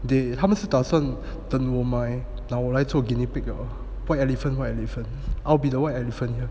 they 他们是打算等我买拿我来做 guinea pig 的 white elephant white elephant I'll be the white elephant here